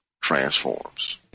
Transforms